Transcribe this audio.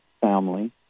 family